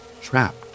trapped